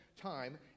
time